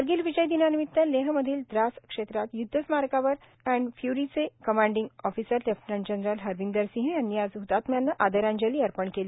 करगिल विजय दिनानिमित लेह मधील द्रास क्षेत्रात यूदध स्मारकावर ऍन्ड फ्यूरी चे commanding officer lieutenant general Harvinder Singh यांनी आज हृतात्म्यांना आदरांजली अर्पण केली